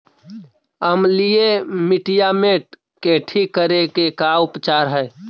अमलिय मटियामेट के ठिक करे के का उपचार है?